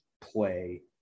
play